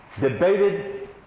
debated